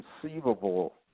conceivable